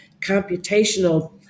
computational